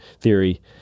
theory